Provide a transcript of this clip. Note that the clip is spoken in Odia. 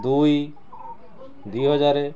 ଦୁଇ ଦୁଇ ହଜାର